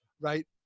right